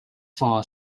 for